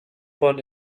von